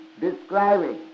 describing